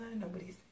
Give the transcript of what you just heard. nobody's